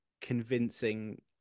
convincing